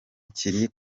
kiri